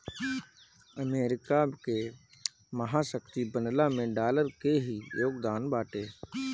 America के महाशक्ति बनला में डॉलर के ही योगदान बाटे